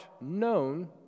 known